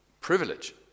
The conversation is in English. privilege